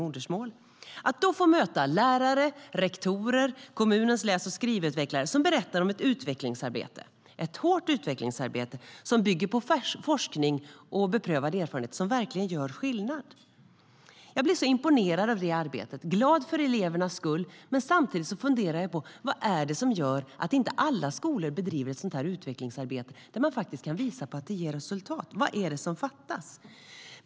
Tänk att då få möta lärare, rektorer och kommunens läs och skrivutvecklare som berättar om ett utvecklingsarbete - ett hårt utvecklingsarbete - som bygger på forskning och erfarenhet och som verkligen gör skillnad! Jag blev imponerad av det arbetet och glad för elevernas skull. Samtidigt funderade jag: Vad är det som gör att inte alla skolor bedriver ett sådant utvecklingsarbete, där man kan visa att det faktiskt ger resultat? Vad är det som fattas?